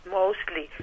mostly